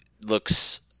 looks